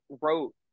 wrote